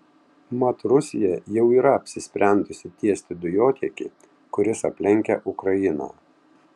mat rusija jau yra apsisprendusi tiesti dujotiekį kuris aplenkia ukrainą